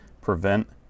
prevent